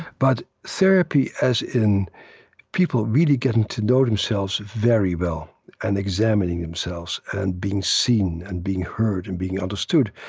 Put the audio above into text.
but therapy as in people really getting to know themselves very well and examining themselves and being seen and being heard and being understood